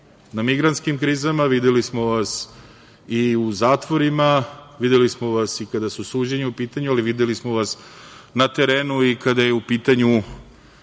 na migrantskim krizama, videli smo vas i u zatvorima, videli smo vas i kada su suđenja u pitanju, ali videli smo vas na terenu i kad su bili